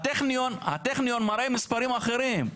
הטכניון מראה מספרים אחרים.